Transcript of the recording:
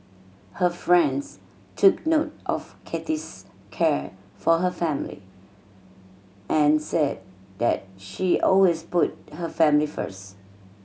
her friends took note of Kathy's care for her family and said that she always put her family first